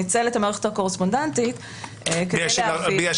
ניצל את המערכת הקורספונדנטית כדי להביא.